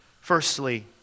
Firstly